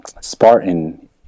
Spartan